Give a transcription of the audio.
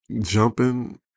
jumping